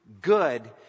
good